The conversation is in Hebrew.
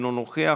אינו נוכח,